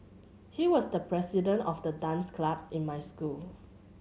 he was the president of the dance club in my school